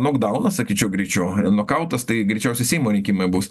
nokdaunas sakyčiau greičiau nokautas tai greičiausiai seimo rinkimai bus